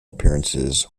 appearances